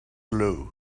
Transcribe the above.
glue